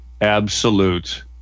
absolute